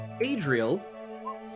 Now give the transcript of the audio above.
Adriel